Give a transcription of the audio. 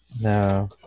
No